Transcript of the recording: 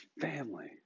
family